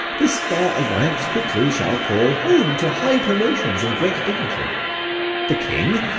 this fair alliance quickly shall call home to high promotions and great dignity the king,